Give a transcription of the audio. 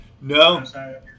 No